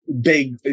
big